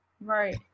Right